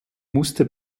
musste